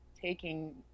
taking